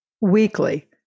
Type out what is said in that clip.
weekly